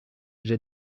j’ai